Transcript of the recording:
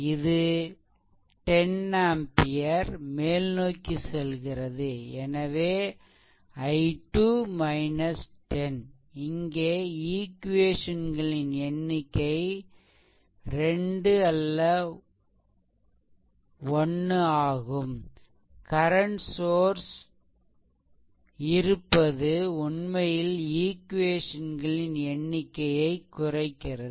இது 10 ஆம்பியர் மேல்நோக்கி செல்கிறது எனவே I2 10 இங்கே ஈக்வேசன்களின் எண்ணிக்கை 2 அல்ல 1 ஆகும் கரண்ட் சோர்ஸ்இருப்பது உண்மையில் ஈக்வேசன்களின் எண்ணிக்கையைக் குறைக்கிறது